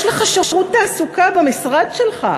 יש לך שירות תעסוקה במשרד שלך.